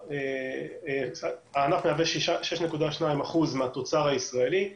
הענף מהווה 6.2% מהתוצר הישראלי,